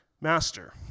master